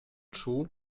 czuł